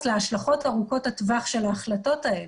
להשלכות ארוכות הטווח של ההחלטות האלה.